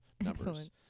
numbers